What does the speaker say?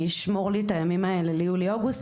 אני אשמור לי את הימים האלה ליולי אוגוסט?